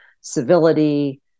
civility